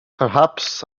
perhaps